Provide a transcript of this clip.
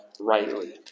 rightly